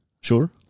Sure